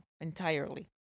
entirely